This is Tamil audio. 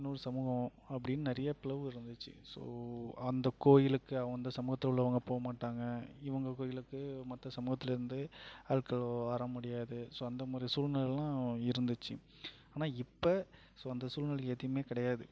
இன்னொரு சமூகம் அப்படின்னு நிறைய பிளவு இருந்துச்சு ஸோ அந்தக் கோயிலுக்கு அந்த சமூகத்தில் உள்ளவங்க போக மாட்டாங்க இவங்க கோயிலுக்கு மற்ற சமூகத்திலேருந்து ஆட்கள் வர முடியாது ஸோ அந்தமாதிரி சூழ்நிலையெலாம் இருந்துச்சு ஆனால் இப்போ சு அந்த சூழ்நிலை எதுவுமே கிடையாது